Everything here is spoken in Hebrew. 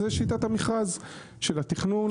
זה שיטת המכרז של התכנון.